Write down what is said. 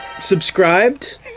subscribed